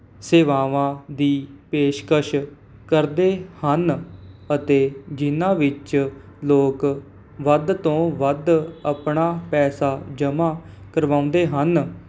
ਸੇਵਾਵਾਂ ਦੀ ਪੇਸ਼ਕਸ਼ ਕਰਦੇ ਹਨ ਅਤੇ ਜਿਨ੍ਹਾਂ ਵਿੱਚ ਲੋਕ ਵੱਧ ਤੋਂ ਵੱਧ ਆਪਣਾ ਪੈਸਾ ਜਮ੍ਹਾਂ ਕਰਵਾਉਂਦੇ ਹਨ